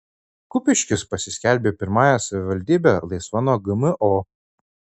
kupiškis pasiskelbė pirmąją savivaldybe laisva nuo gmo